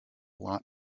lot